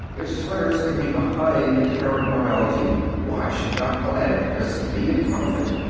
if sweaters can be behind the current morality, why should not philanthropists be in front of it?